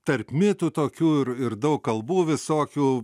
tarp mitų tokių ir ir daug kalbų visokių